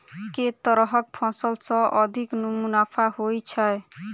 केँ तरहक फसल सऽ अधिक मुनाफा होइ छै?